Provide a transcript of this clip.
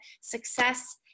success